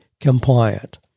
Compliant